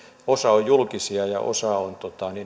osa on julkisia ja osa on